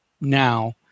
now